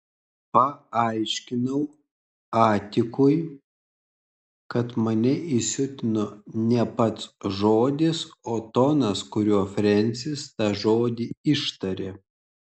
paaiškinau atikui kad mane įsiutino ne pats žodis o tonas kuriuo frensis tą žodį ištarė